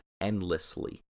endlessly